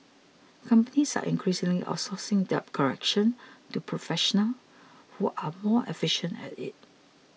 companies are increasingly outsourcing debt collection to professionals who are more efficient at it